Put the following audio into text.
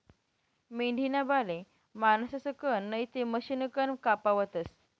मेंढीना बाले माणसंसकन नैते मशिनकन कापावतस